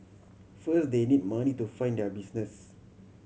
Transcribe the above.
first they need money to fund their business